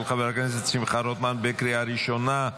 של חבר הכנסת שמחה רוטמן בקריאה ראשונה.